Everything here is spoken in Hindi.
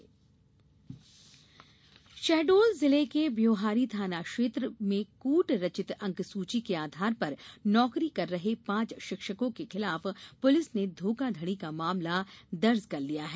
फर्जी अंकसूची शहडोल जिले के ब्योहारी थाना क्षेत्र में कूटरचित अंकसूची के आधार पर नौकरी कर रहे पांच शिक्षकों के खिलाफ पुलिस ने धोखाधड़ी का मामला दर्ज कर लिया है